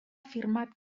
afirmat